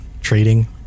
trading